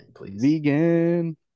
vegan